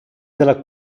della